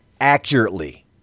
accurately